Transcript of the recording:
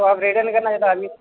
تو آپ ریٹرن کرنا چاہے تو ابھی